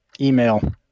Email